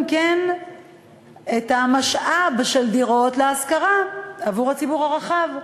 כן את המשאב של דירות להשכרה עבור הציבור הרחב.